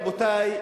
רבותי,